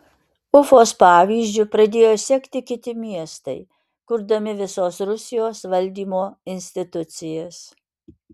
ufos pavyzdžiu pradėjo sekti kiti miestai kurdami visos rusijos valdymo institucijas